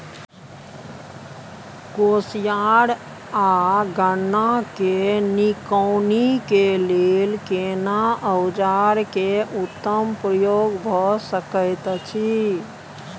कोसयार आ गन्ना के निकौनी के लेल केना औजार के उत्तम प्रयोग भ सकेत अछि?